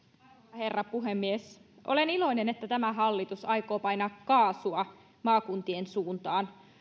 herra puhemies olen iloinen että tämä hallitus aikoo painaa kaasua maakuntien suuntaan